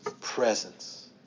presence